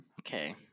Okay